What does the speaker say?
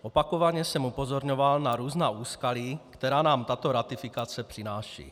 Opakovaně jsem upozorňoval na různá úskalí, která nám tato ratifikace přináší.